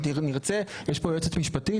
אם נרצה, יש פה יועצת משפטית?